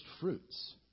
fruits